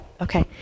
Okay